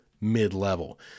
mid-level